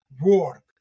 work